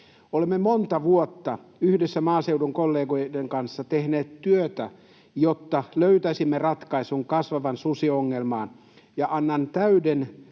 Olemme monta vuotta yhdessä maaseudun kollegoiden kanssa tehneet työtä, jotta löytäisimme ratkaisun kasvavaan susiongelmaan. Annan täyden